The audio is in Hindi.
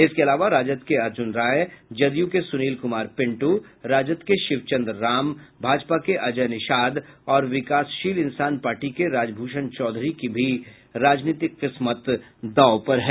इसके अलावा राजद के अर्जुन राय जदयू के सुनील कुमार पिंटू राजद के शिवचद्रं राम भाजपा के अजय निषाद और विकासशील इंसान पार्टी के राजभूषण चौधरी की भी किस्मत दांव पर है